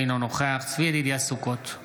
אינו נוכח צבי ידידיה סוכות,